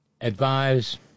advise